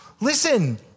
Listen